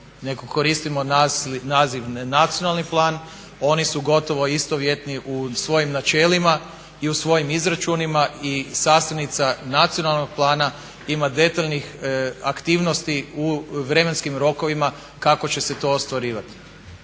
koristimo naziv nacionalni plan, oni su gotovo istovjetni u svojim načelima i u svojim izračunima i sastavnica nacionalnog plana ima detaljnih aktivnosti u vremenskim rokovima kako će se to ostvarivati.